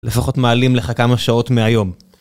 לפחות מעלים לך כמה שעות מהיום.